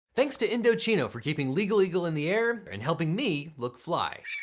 thanks to indochino for keeping legal eagle in the air and helping me look fly.